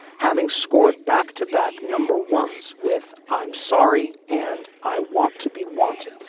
having scored back to back number ones with i'm sorry. and i want to be wanted.